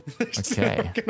Okay